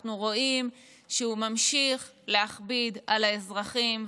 אנחנו רואים שהוא ממשיך להכביד על האזרחים.